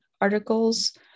articles